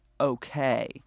okay